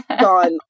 gone